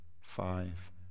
five